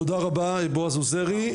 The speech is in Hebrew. תודה רבה בועז עוזרי.